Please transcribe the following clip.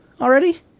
already